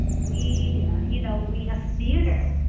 we you know, we have theater.